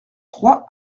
trois